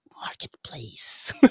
Marketplace